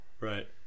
Right